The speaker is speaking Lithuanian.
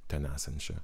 ten esančia